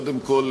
קודם כול,